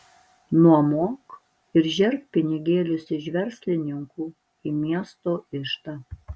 nuomok ir žerk pinigėlius iš verslininkų į miesto iždą